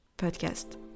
podcast